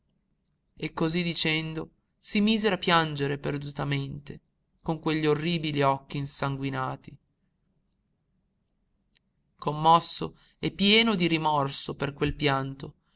e cosí dicendo si mise a piangere perdutamente con quegli orribili occhi insanguati commosso e pieno di rimorso per quel pianto